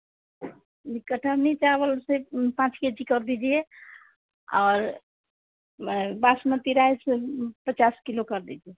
कथरनी चावल उसे पाँच के जी कर दीजिए और बासमती राइस पचास किलो कर दीजिए